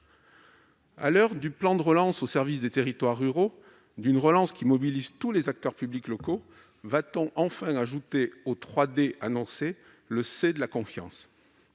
À l'heure du plan de relance au service des territoires ruraux, d'une relance qui mobilise tous les acteurs publics locaux, va-t-on enfin ajouter aux trois D annoncés le C de la confiance ?